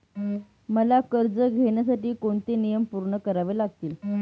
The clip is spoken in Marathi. मला कर्ज घेण्यासाठी कोणते नियम पूर्ण करावे लागतील?